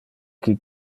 qui